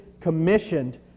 commissioned